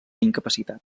incapacitat